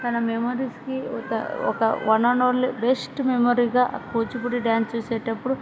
తన మెమరీస్కి ఒక ఒక వన్ అండ్ ఓన్లీ బెస్ట్ మెమొరీగా కూచిపూడి డ్యాన్స్ చూసేటప్పుడు